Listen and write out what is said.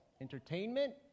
entertainment